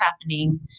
happening